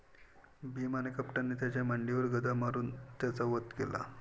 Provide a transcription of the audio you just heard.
भीमाने कपटाने त्याच्या मांडीवर गदा मारून त्याचा वध केला